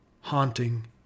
haunting